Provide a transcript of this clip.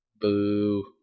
Boo